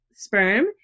sperm